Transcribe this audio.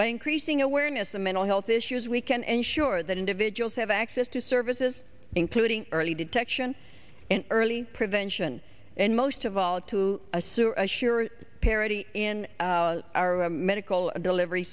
by increasing awareness of mental health issues we can ensure that individuals have access to services including early detection and early prevention and most of all to a sou a sure parity in our medical delivery